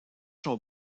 sont